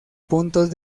puntos